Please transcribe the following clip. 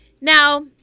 Now